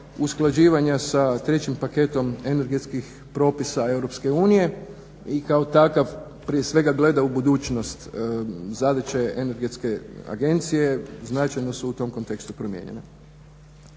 usklađivanja sa trećim paketom energetskih propisa EU i kao takav prije svega gleda u budućnost zadaće Energetske agencije, značajno su tu tom kontekstu promijenjene.